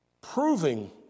Proving